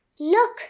Look